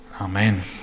Amen